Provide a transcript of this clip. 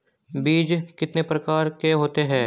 बीज कितने प्रकार के होते हैं?